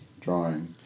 drawing